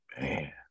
man